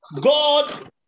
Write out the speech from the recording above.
God